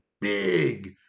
big